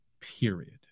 period